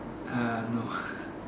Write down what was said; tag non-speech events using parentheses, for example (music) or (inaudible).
err no (laughs)